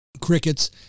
crickets